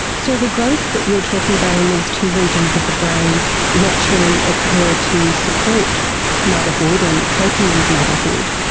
so the growth that you're talking about in these two regions of the brain naturally occurred to support motherhood and coping with motherhood.